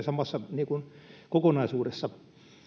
samassa kokonaisuudessa